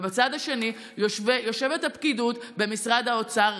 ובצד השני יושבת הפקידות במשרד האוצר,